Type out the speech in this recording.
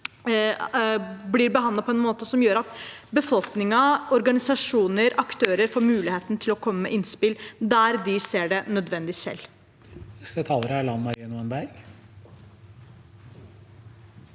blir behandlet på en måte som gjør at befolkningen, organisasjoner og andre aktører får mulighet til å komme med innspill der de selv ser det som nødvendig.